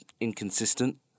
inconsistent